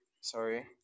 Sorry